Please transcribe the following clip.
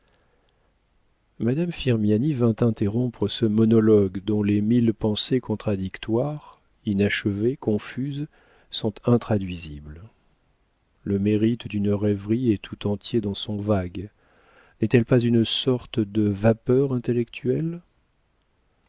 tigres madame firmiani vint interrompre ce monologue dont les mille pensées contradictoires inachevées confuses sont intraduisibles le mérite d'une rêverie est tout entier dans son vague n'est-elle pas une sorte de vapeur intellectuelle